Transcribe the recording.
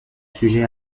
sujets